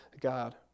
God